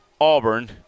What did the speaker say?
Auburn